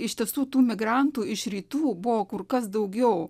iš tiesų tų migrantų iš rytų buvo kur kas daugiau